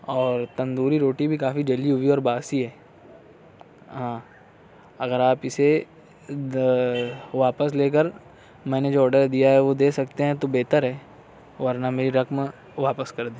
اور تندوری روٹی بھی کافی جلی ہوئی ہے اور باسی ہے ہاں اگر آپ اسے واپس لے کر میں نے جو آرڈر دیا ہے وہ دے سکتے ہیں تو بہتر ہے ورنہ میری رقم واپس کر دیں